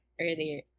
earlier